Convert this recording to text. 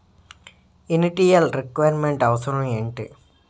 Initial requirement అవసరం ఎంటి?